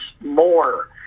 more